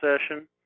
session